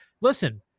listen